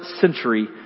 century